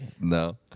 No